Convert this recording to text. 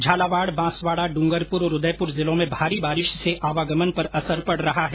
झालावाड़ बांसवाड़ा ड्ंगरपुर और उदयपुर जिलों में भारी बारिश से आवागमन पर असर पड़ रहा है